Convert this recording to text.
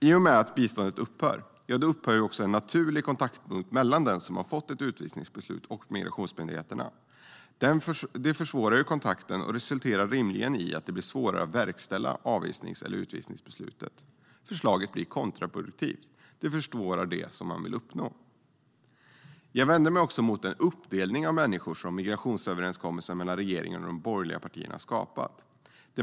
I och med att biståndet upphör upphör också en naturlig kontaktpunkt mellan den som har fått ett utvisningsbeslut och migrationsmyndigheterna. Det försvårar kontakten och resulterar rimligen i att det blir svårare att verkställa avvisnings eller utvisningsbeslutet. Förslaget blir kontraproduktivt; det försvårar det som man vill uppnå. Jag vänder mig också mot den uppdelning av människor som migrationsöverenskommelsen mellan regeringen och de borgerliga partierna skapar.